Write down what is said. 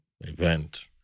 event